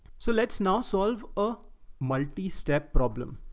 so let's now solve a multi-step problem.